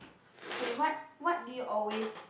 K what what do you always